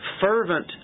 fervent